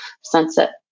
Sunset